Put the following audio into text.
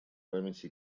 памяти